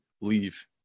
leave